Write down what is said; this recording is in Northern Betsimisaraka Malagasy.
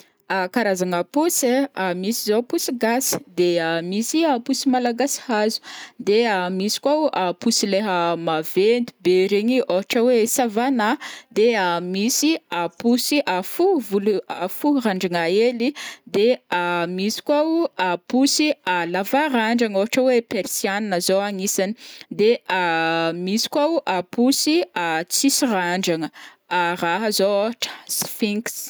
Ah karazagna posy ai, misy zao posy gasy, de misy posy malagasy hazo, de misy koa o posy leha maventy be regny i ohatra hoe savana, de misy posy fohy volo fohy randragna hely, de misy koa o posy lavarandragna ohatra hoe persiane zao agnisany, de misy koa o posy ah tsisy randragna raha zao ohatra sfinks.